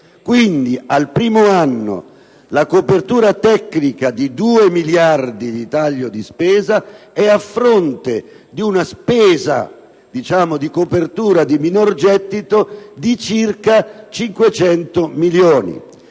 quindi, al primo anno la copertura tecnica di 2 miliardi di euro di taglio di spesa è a fronte di una spesa per la copertura di minor gettito di circa 500 milioni